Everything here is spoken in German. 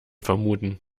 vermuten